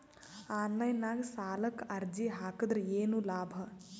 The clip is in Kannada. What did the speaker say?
ಆನ್ಲೈನ್ ನಾಗ್ ಸಾಲಕ್ ಅರ್ಜಿ ಹಾಕದ್ರ ಏನು ಲಾಭ?